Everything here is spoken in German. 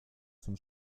zum